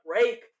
break